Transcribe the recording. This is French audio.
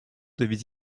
devait